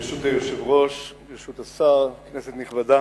ברשות היושב-ראש, ברשות השר, כנסת נכבדה,